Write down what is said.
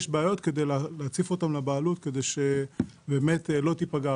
היכן יש בעיות כדי להציף אותן לבעלות כדי שבאמת לא תיפגע.